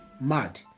mad